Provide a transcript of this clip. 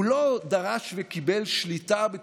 בואו לא נעשה לעצמנו